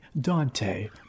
Dante